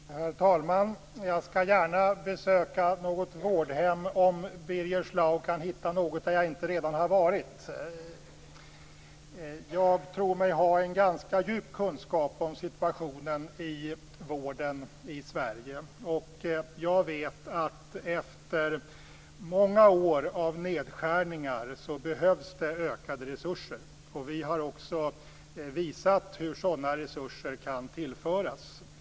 Herr talman! Jag skall gärna besök något vårdhem om Birger Schlaug kan hitta något där jag inte redan har varit. Jag tror mig ha en ganska djup kunskap om situationen i vården i Sverige. Jag vet att det efter många år av nedskärningar behövs ökade resurser. Och vi har också visat hur sådana resurser kan tillföras.